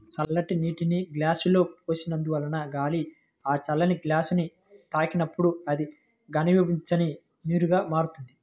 చల్లటి నీటిని గ్లాసులో పోసినందువలన గాలి ఆ చల్లని గ్లాసుని తాకినప్పుడు అది ఘనీభవించిన నీరుగా మారుతుంది